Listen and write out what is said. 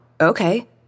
Okay